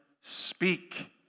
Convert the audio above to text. speak